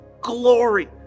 glory